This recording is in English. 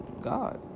God